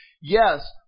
Yes